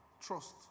trust